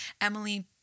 Emily